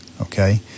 Okay